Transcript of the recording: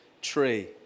tree